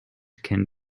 can